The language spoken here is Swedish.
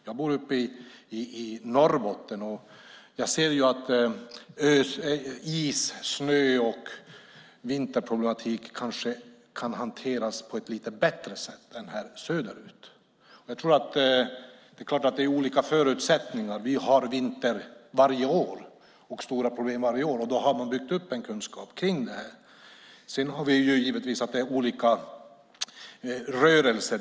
Jag bor uppe i Norrbotten, där is-, snö och vinterproblematik kanske kan hanteras på ett lite bättre sätt än här söderut. Det är klart att det är olika förutsättningar. Vi har "vinter" med stora problem varje år och har byggt upp kunskap kring detta. Sedan har vi givetvis olika rörelser.